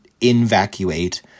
evacuate